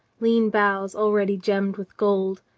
lean boughs already gemmed with gold,